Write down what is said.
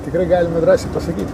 tikrai galime drąsiai pasakyt